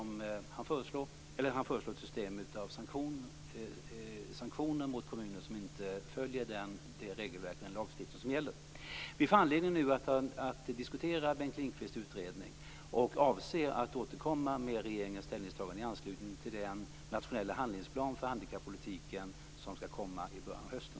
Han föreslår ett system av sanktioner mot de kommuner som inte följer det regelverk och den lagstiftning som finns. Vi får anledning att diskutera Bengt Lindqvists utredning och avser att återkomma med regeringens ställningstagande i anslutning till den nationella handlingsplan för handikappolitiken som skall komma i början av hösten.